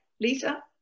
Lisa